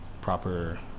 proper